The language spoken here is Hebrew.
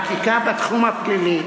החוקים האלה,